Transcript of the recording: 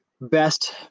best